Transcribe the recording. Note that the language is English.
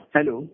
Hello